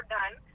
done